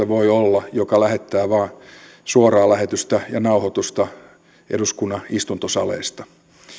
voi olla semmoista yleisradioyhtiötä joka lähettää vain suoraa lähetystä ja nauhoitusta eduskunnan istuntosaleista